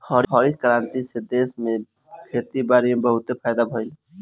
हरित क्रांति से देश में खेती बारी में बहुते फायदा भइल